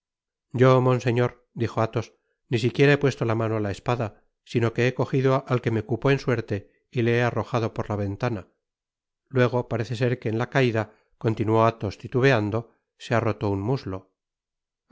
yo monseñor dijo athos ni siquiera he puesto mano á la espada sino que he cogido al que me cupo en suerte y le he arrojado por la ventana luego parece ser que en la caida continuó athos titubeando se ha roto un muslo ah